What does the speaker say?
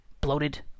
bloated